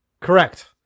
Correct